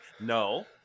no